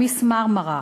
"מיס מרמרה"